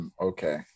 Okay